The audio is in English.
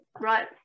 right